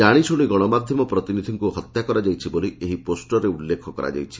ଜାଶିଶୁଣି ଗଶମାଧ୍ଧମ ପ୍ରତିନିଧିଙ୍କୁ ହତ୍ୟା କରାଯାଇଛି ବୋଲି ଏହି ପୋଷରରେ ଉଲ୍କୁଖ କରାଯାଇଛି